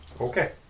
Okay